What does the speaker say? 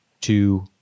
two